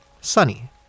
sunny